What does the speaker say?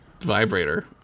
vibrator